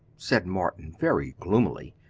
said morton very gloomily,